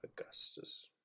Augustus